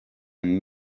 new